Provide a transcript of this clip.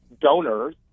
donors